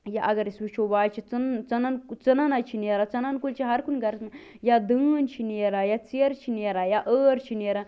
یا گر أسۍ وُچھو وۄنۍ حظ چھِ ژٕنن ژٕنن حظ چھِ نیران ژٕنن کُلۍ چھِ ہر کُنہِ گھرس منٛز یا دٲن چھِ نیران یا ژیرٕ چھِ نیران یا ٲر چھِ نیران